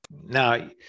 Now